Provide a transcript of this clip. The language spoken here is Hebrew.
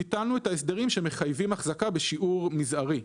ביטלנו את ההסדרים שמחייבים החזקה בשיעור מזערי.